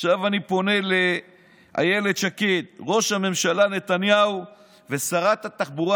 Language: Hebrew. עכשיו אני פונה לאילת שקד: ראש הממשלה נתניהו ושרת התחבורה